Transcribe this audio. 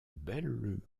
belle